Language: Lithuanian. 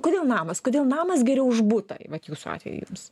kodėl namas kodėl namas geriau už butą vat jūsų atveju jums